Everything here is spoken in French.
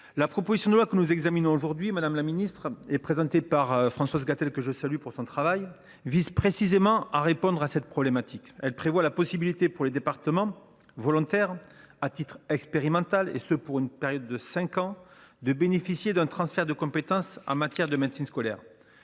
La proposition de loi que nous examinons aujourd’hui, présentée par Françoise Gatel, dont je tiens à saluer le travail, vise précisément à répondre à cette problématique. Elle prévoit la possibilité pour les départements volontaires, à titre expérimental pendant une durée de cinq ans, de bénéficier d’un transfert de compétence en matière de médecine scolaire.